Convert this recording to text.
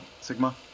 Sigma